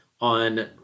on